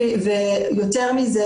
יותר מזה,